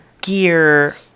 gear